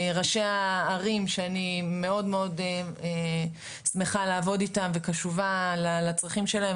ראשי הערים שאני מאוד שמחה לעבוד איתם וקשובה לצרכים שלהם,